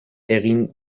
egin